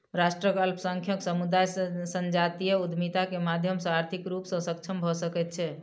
राष्ट्रक अल्पसंख्यक समुदाय संजातीय उद्यमिता के माध्यम सॅ आर्थिक रूप सॅ सक्षम भ सकै छै